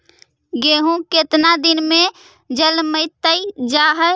गेहूं केतना दिन में जलमतइ जा है?